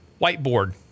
whiteboard